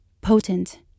potent